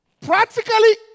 Practically